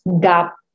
gap